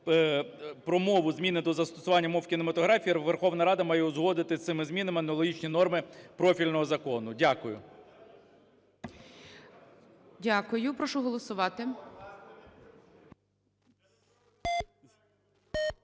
про мову зміни до застосування мови кінематографії, Верховна Рада має узгодити цими змінами аналогічні норми профільного закону. Дякую. ГОЛОВУЮЧИЙ. Дякую. Прошу голосувати.